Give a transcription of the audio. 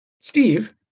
Steve